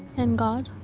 in god.